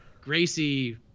Gracie